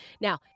Now